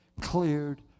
cleared